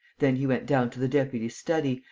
then he went down to the deputy's study,